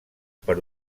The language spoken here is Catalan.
per